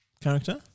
character